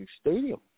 stadium